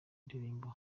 ndirimbo